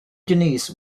denise